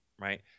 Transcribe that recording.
Right